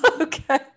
Okay